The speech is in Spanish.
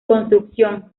construcción